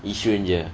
issue jer